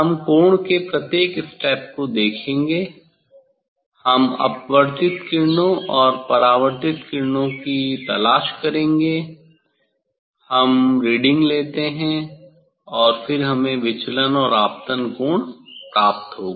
हम कोण के प्रत्येक स्टेप को देखेंगे हम अपवर्तित किरणों और परावर्तित किरणों की तलाश करेंगे हम रीडिंग लेते हैं और फिर हमें विचलन और आपतन कोण प्राप्त होगा